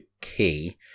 key